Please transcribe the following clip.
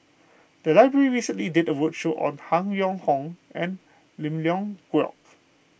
the library recently did a roadshow on Han Yong Hong and Lim Leong Geok